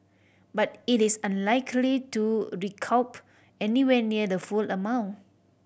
but it is unlikely to recoup anywhere near the full amount